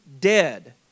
dead